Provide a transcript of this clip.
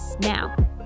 now